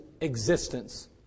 existence